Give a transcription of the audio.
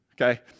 okay